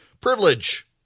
privilege